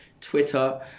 Twitter